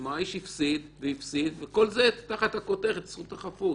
כלומר האיש הפסיד וכל זה תחת הכותרת של "זכות החפות".